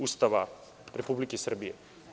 Ustava Republike Srbije.